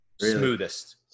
Smoothest